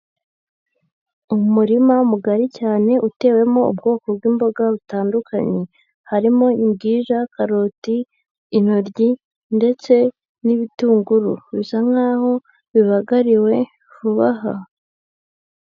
Umurima mugari cyane utewemo ubwoko bw'imboga butandukanye harimo imbwija, karoti, intoryi ndetse n'ibitunguru bisa nkaho bibagariwe vuba aha.